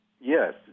Yes